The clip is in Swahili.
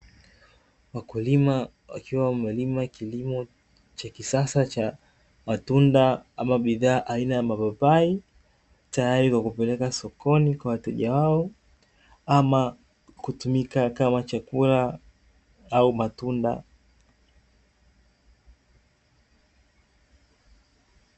Wakulima wakiwa wamelima kilimo cha kisasa cha matunda, ama bidhaa aina ya mapapai, tayari kwa kupeleka sokoni kwa wateja wao ama kutumika kama chakula au matunda.